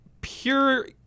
pure